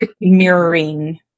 mirroring